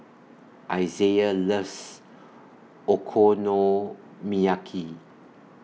Izaiah loves Okonomiyaki